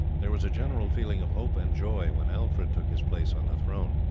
there was a general feeling of hope and joy when alfred took his place on the throne.